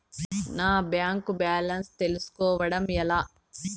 నా bank balance తెలుస్కోవడం ఎలా?